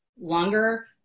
longer